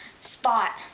Spot